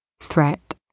Threat